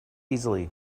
easily